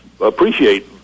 appreciate